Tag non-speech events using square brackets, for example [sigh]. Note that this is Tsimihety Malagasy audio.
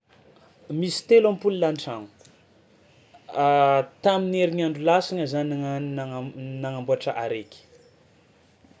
Misy telo ampola an-tragno, [hesitation] tamin'ny herignandro lasa igny za nagnano nagna- nagnamboatra araiky.